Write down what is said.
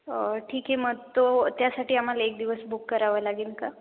ठीक आहे मग तो त्यासाठी आम्हाला एक दिवस बुक करावं लागेल का